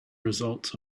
results